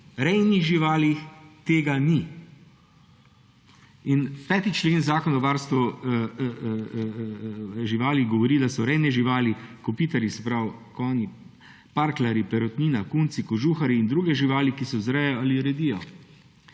rejnih živalih tega ni. 5. člen Zakona o varstvu živali govori, da so rejne živali, kopitarji, se pravi konji, parkljarji, perutnina, kunci, kožuharji in druge živali, ki se vzrejajo ali redijo.